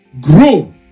grow